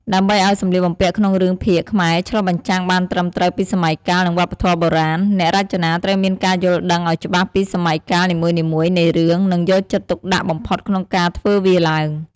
ដើម្បីឱ្យសម្លៀកបំពាក់ក្នុងរឿងភាគខ្មែរឆ្លុះបញ្ចាំងបានត្រឹមត្រូវពីសម័យកាល និងវប្បធម៌បុរាណ អ្នករចនាត្រូវមានការយល់ដឹងអោយច្បាស់ពីសម័យកាលនីមួយៗនៃរឿង នឹងយកចិត្តទុកដាក់បំផុតក្នុងការធ្វើវាឡើង ។